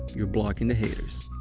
you're blocking the haters.